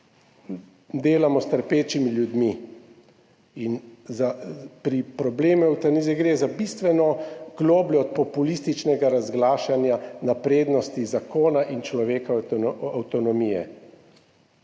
delamo s trpečimi ljudmi. In za problem evtanazije, gre za bistveno globlje od populističnega razglašanja naprednosti zakona in človekove avtonomije.